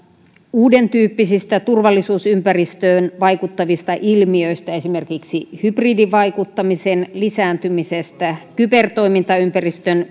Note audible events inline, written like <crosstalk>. uudentyyppisistä turvallisuusympäristöön vaikuttavista ilmiöistä esimerkiksi hybridivaikuttamisen lisääntymisestä kybertoimintaympäristön <unintelligible>